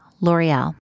L'Oreal